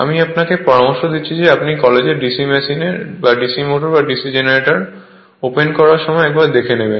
আমি আপনাকে পরামর্শ দিচ্ছি যে আপনি কলেজে DC মেশিন DC মোটর বা DC জেনারেটর অপেন করে একবার দেখে নেবেন